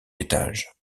étage